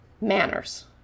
manners